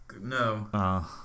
No